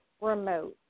remote